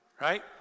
right